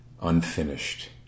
unfinished